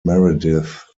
meredith